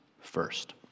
first